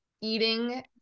Eating